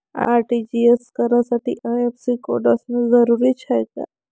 RTGS करासाठी IFSC code असनं जरुरीच हाय का?